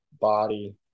body